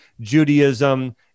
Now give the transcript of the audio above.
Judaism